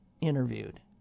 interviewed